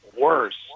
worse